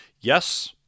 Yes